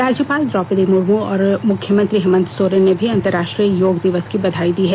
राज्यपाल द्रौपदी मुर्मू और मुख्यमंत्री हेमंत सोरेन ने भी अंतरराष्ट्रीय योग दिवस की बधाई दी है